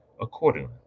accordingly